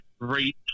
great